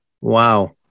Wow